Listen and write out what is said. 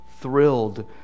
thrilled